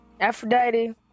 Aphrodite